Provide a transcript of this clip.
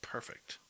Perfect